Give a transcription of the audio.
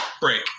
break